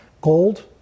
gold